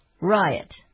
riot